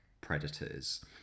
predators